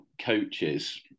coaches